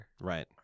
Right